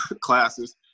classes